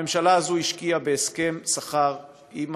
הממשלה הזאת השקיעה בהסכם שכר עם